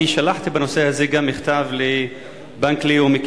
אני שלחתי בנושא הזה גם מכתב לבנק לאומי.